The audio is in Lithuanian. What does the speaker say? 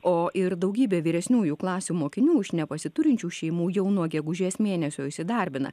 o ir daugybė vyresniųjų klasių mokinių iš nepasiturinčių šeimų jau nuo gegužės mėnesio įsidarbina